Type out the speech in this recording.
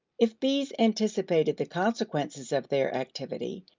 if bees anticipated the consequences of their activity,